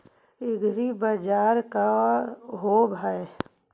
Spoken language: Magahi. एग्रीबाजार का होव हइ?